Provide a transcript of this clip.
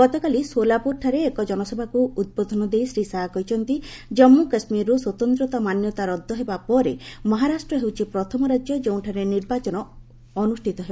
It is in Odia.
ଗତକାଲି ସୋଲାପୁରଠାରେ ଏକ ଜନସଭାକୁ ଉଦ୍ବୋଧନ ଦେଇ ଶ୍ରୀ ଶାହା କହିଛନ୍ତି ଜାମ୍ଗୁ କାଶ୍ମୀରରୁ ସ୍ପତନ୍ତ୍ର ମାନ୍ୟତା ରଦ୍ଦହେବା ପରେ ମହାରାଷ୍ଟ୍ର ହେଉଛି ପ୍ରଥମ ରାଜ୍ୟ ଯେଉଁଠାରେ ନିର୍ବାଚନ ଅନୁଷ୍ଠିତ ହେବ